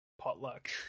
potluck